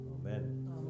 Amen